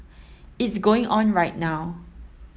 it's going on right now